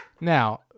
now